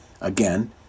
Again